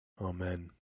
Amen